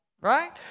right